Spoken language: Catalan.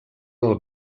del